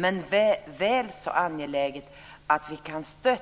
Men det är väl så angeläget att vi kan ge